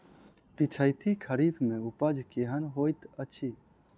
पिछैती खरीफ मे उपज केहन होइत अछि?